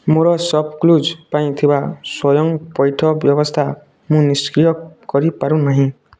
ମୋର ସପ୍କ୍ଲୁଜ୍ ପାଇଁ ଥିବା ସ୍ଵୟଂ ପଇଠ ବ୍ୟବସ୍ଥା ମୁଁ ନିଷ୍କ୍ରିୟ କରିପାରୁନାହିଁ